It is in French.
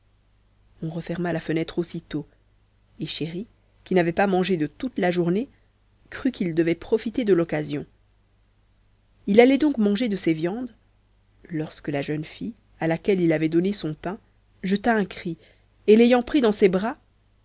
on referma la fenêtre aussitôt et chéri qui n'avait pas mangé de toute la journée crut qu'il devait profiter de l'occasion il allait donc manger de ces viandes lorsque la jeune fille à laquelle il avait donné son pain jeta un cri et l'ayant pris dans ses bras